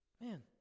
Man